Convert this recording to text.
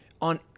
On